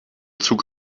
zug